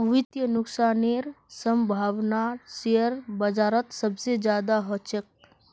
वित्तीय नुकसानेर सम्भावना शेयर बाजारत सबसे ज्यादा ह छेक